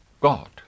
God